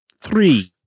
three